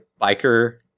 biker